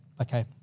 Okay